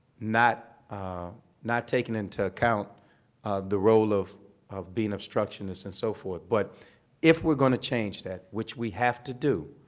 not not taking into account the role of of being obstructionists and so forth. but if we're going to change that, which we have to do,